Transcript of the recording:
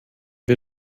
wir